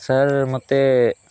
sir ମୋତେ